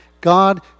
God